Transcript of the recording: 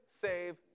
save